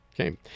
Okay